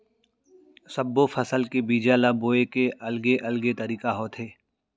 सब्बो फसल के बीजा ल बोए के अलगे अलगे तरीका होथे